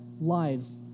lives